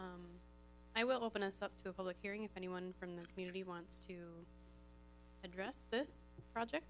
and i will open us up to a public hearing if anyone from the community wants to address this project